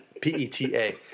P-E-T-A